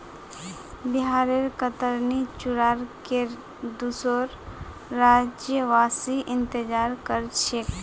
बिहारेर कतरनी चूड़ार केर दुसोर राज्यवासी इंतजार कर छेक